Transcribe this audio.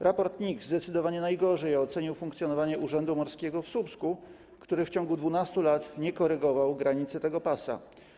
Raport NIK zdecydowanie najgorzej ocenił funkcjonowanie Urzędu Morskiego w Słupsku, który w ciągu 12 lat nie korygował granicy tego pasa.